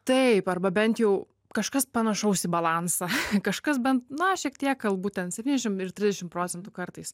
taip arba bent jau kažkas panašaus į balansą kažkas bent na šiek tiek gal būtent septyniasdešimt ir trisdešimt procentų kartais